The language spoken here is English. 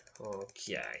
Okay